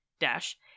dash